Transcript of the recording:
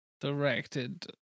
directed